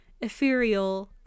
ethereal